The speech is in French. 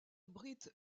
abrite